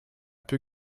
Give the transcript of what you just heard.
peu